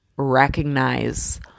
recognize